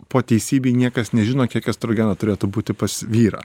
po teisybei niekas nežino kiek estrogeno turėtų būti pas vyrą